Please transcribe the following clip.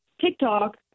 TikTok